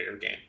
game